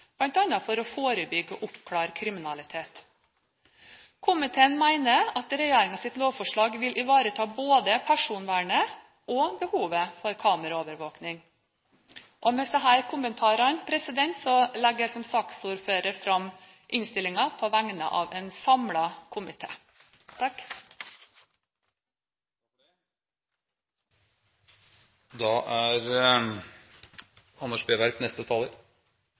for å forebygge og oppklare kriminalitet. Komiteen mener at regjeringens lovforslag vil ivareta både personvernet og behovet for kameraovervåking. Med disse kommentarene legger jeg som saksordfører fram innstillingen på vegne av en